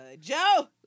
Joe